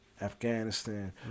Afghanistan